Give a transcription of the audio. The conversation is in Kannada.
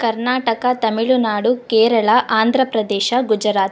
ಕರ್ನಾಟಕ ತಮಿಳುನಾಡು ಕೇರಳ ಆಂಧ್ರ ಪ್ರದೇಶ ಗುಜರಾತ್